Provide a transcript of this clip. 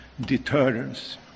deterrence